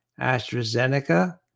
AstraZeneca